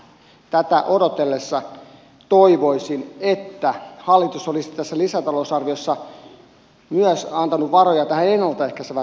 tätä odotellessa toivoisin että hallitus olisi tässä lisätalousarviossa antanut varoja myös tähän ennalta ehkäisevään työhön